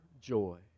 joy